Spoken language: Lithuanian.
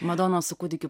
madonos su kūdikiu